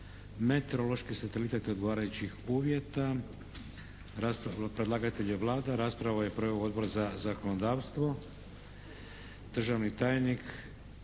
Hvala